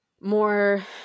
more